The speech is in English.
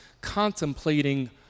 contemplating